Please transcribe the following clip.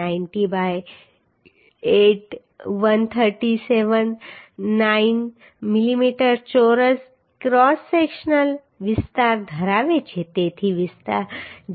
90 by 8 1379 millimetre ચોરસ cross sectional વિસ્તાર ધરાવે છે તેથી